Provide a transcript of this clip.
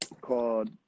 called